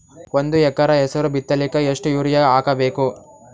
ಒಂದ್ ಎಕರ ಹೆಸರು ಬಿತ್ತಲಿಕ ಎಷ್ಟು ಯೂರಿಯ ಹಾಕಬೇಕು?